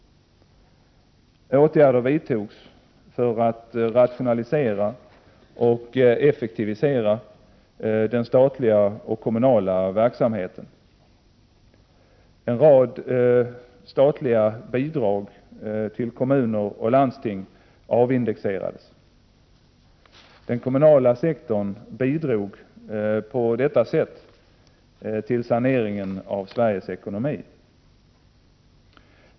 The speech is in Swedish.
Åtgärder vidtogs för att rationalisera och effektivisera den statliga och kommunala verksamheten. En rad statliga bidrag till kommuner och landsting avindexerades. Den kommunala sektorn bidrog på detta sätt till saneringen av Sveriges ekonomi.